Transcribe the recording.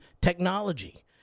technology